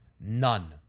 None